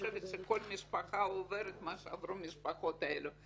חושבת שכל משפחה עוברת מה שעברו המשפחות האלה.